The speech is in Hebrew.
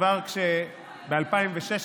כבר ב-2016,